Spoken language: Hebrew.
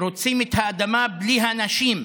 רוצים את האדמה בלי האנשים,